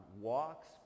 walks